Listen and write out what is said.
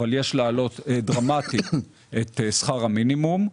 אבל יש להעלות דרמטית את שכר המינימום,